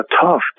tough